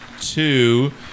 two